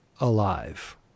alive